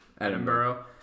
Edinburgh